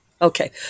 Okay